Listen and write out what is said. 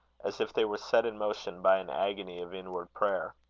as if they were set in motion by an agony of inward prayer.